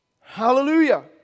Hallelujah